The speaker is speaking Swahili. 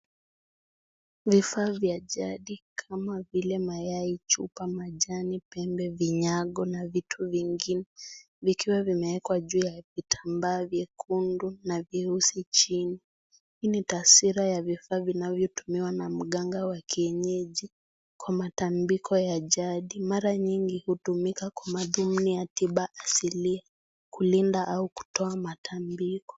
Vifaa vya jadi kama vile mayai, chupa majani, pembe, vinayago na vitu vingine vikiwavimewekwa juu ya vitambaa vyekundu na vyeusi chini. Hii ni taswira ya vitambaa vinavyotumiwa na mganga wa kienyeji kwa matambiko ya jadi. Mara nyingi hutumika kwa madhumni ya tiba asilia kulinda au kutoa matambiko.